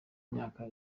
imyaka